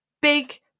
big